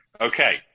Okay